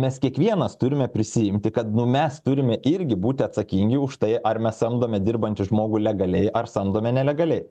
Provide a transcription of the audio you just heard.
mes kiekvienas turime prisiimti kad mes turime irgi būti atsakingi už tai ar mes samdome dirbantį žmogų legaliai ar samdome nelegaliai